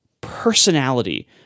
personality